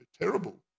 terrible